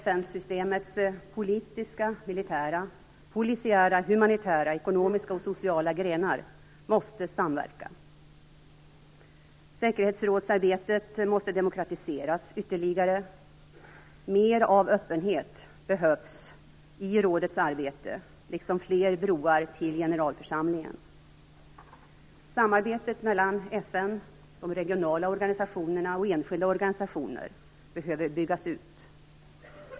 FN-systemets politiska, militära, polisiära, humanitära, ekonomiska och sociala grenar måste samverka. Säkerhetsrådsarbetet måste "demokratiseras" ytterligare. Mer av öppenhet behövs i rådets arbete liksom fler broar till generalförsamlingen. Samarbetet mellan FN, de regionala organisationerna och enskilda organisationer behöver byggas ut.